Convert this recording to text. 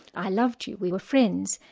i loved you, we were friends.